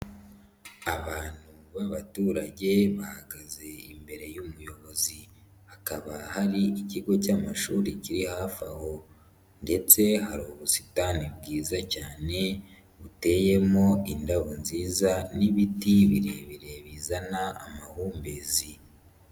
Abantu b'abaturage bahagaze imbere y'umuyobozi hakaba hari ikigo cy'amashuri kiri hafi aho ndetse hari ubusitani bwiza cyane buteyemo indabo nziza n'ibiti birebire bizana amahumbezi.